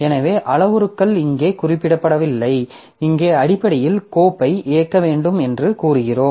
எனவே அளவுருக்கள் இங்கே குறிப்பிடப்படவில்லை இங்கே அடிப்படையில் கோப்பை இயக்க வேண்டும் என்று கூறுகிறோம்